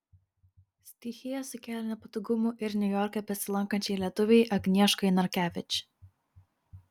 stichija sukėlė nepatogumų ir niujorke besilankančiai lietuvei agnieškai narkevič